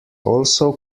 also